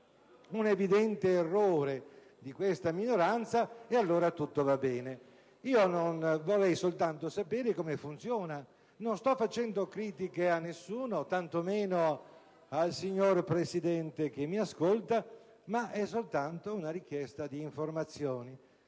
un evidente errore di questa minoranza, allora tutto va bene. *(Applausi dal Gruppo* *PdL).* Vorrei soltanto sapere come funziona: non sto facendo critiche a nessuno, tanto meno al signor Presidente che mi ascolta. La mia è soltanto una richiesta di informazioni: